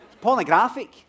pornographic